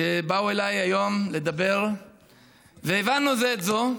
שבאו אליי היום לדבר והבנו זה את זו.